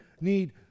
need